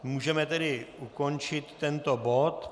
Můžeme tedy ukončit tento bod.